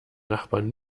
nachbarn